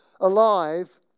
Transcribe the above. alive